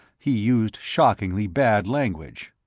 he used shockingly bad language.